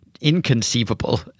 inconceivable